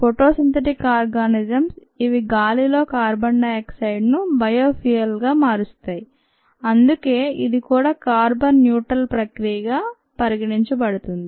photo synthetic organisms ఇవి గాలిలో carbon dioxide ను బయో ఫ్యూయల్స్ గా మారుస్తాయి అందుకే ఇది కూడా కార్బన్ న్యూట్రల్ ప్రక్రియగా పరిగణించబడుతుంది